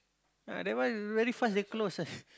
ah that one very fast they close ah